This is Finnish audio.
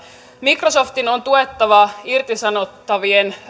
microsoftin on tuettava irtisanottavien